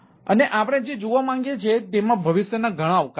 અને આપણે જે જોવા માંગીએ છીએ તેમાં ભવિષ્યના ઘણા અવકાશ છે